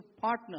partner